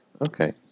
okay